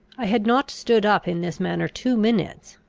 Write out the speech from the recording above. i had not stood up in this manner two minutes,